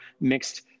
mixed